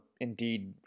indeed